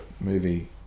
movie